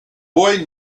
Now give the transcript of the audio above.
boy